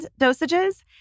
dosages